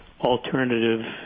alternative